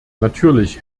natürlich